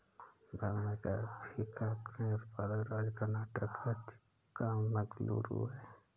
भारत में कॉफी का अग्रणी उत्पादक राज्य कर्नाटक का चिक्कामगलूरू है